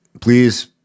please